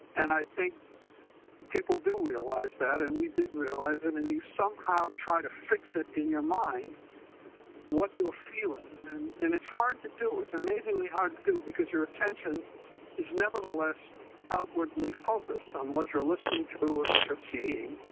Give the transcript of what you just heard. and i think people do realize that and we did realize it and you somehow try to fix it in your mind what you're feeling and it's hard to do. it's amazingly hard to do because your attention is nevertheless outwardly-focused on what you're listening to and what you're seeing,